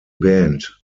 band